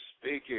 speaking